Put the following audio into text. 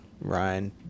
Ryan